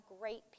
great